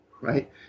right